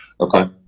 Okay